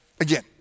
Again